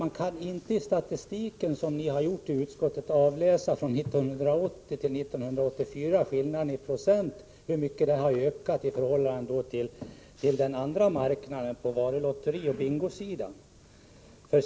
Man kan inte i den statistik som ni gjort i utskottet från 1980 till 1984 avläsa i procent hur mycket detta har ökat i förhållande till den andra marknaden, på varulotterioch bingosidan.